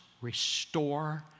restore